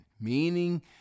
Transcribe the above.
meaning